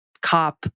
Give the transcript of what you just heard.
cop